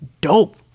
dope